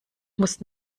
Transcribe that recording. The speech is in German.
muss